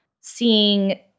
seeing